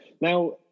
Now